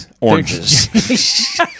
oranges